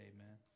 Amen